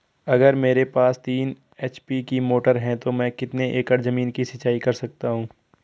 अगर मेरे पास तीन एच.पी की मोटर है तो मैं कितने एकड़ ज़मीन की सिंचाई कर सकता हूँ?